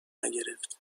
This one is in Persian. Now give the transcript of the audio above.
نگرفت